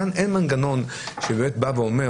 כאן אין מנגנון שבאמת בא ואומר